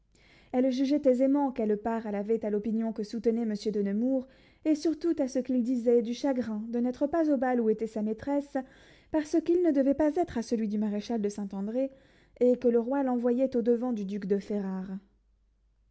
elle jugeait aisément quelle part elle avait à l'opinion que soutenait monsieur de nemours et surtout à ce qu'il disait du chagrin de n'être pas au bal où était sa maîtresse parce qu'il ne devait pas être à celui du maréchal de saint-andré et que le roi l'envoyait au-devant du duc de ferrare